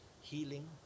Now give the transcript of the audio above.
healing